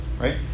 Right